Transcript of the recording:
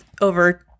over